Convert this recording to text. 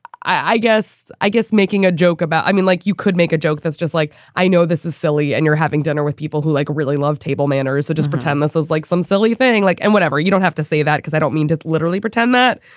i guess i guess making a joke about i mean, like you could make a joke. that's just like, i know this is silly. and you're having dinner with people who, like, really love table manners or just pretend this is like some silly thing, like and whatever. you don't have to say that because i don't mean to literally pretend that.